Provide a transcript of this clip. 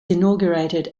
inaugurated